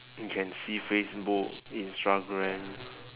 you can see facebook instagram